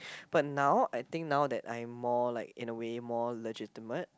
but now I think now that I am more like in a way more legitimate